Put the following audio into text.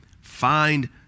Find